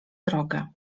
drogę